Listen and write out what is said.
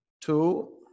two